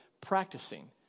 practicing